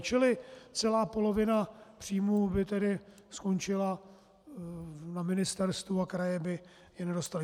Čili celá polovina příjmů by tedy skončila na ministerstvu a kraje by je nedostaly.